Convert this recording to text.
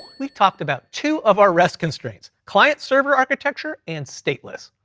we've talked about two of our rest constraints, client-server architecture, and stateless.